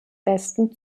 westen